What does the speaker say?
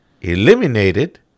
eliminated